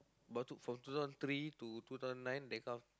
about from two thousand three to two thousand nine that kind of